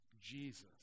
Jesus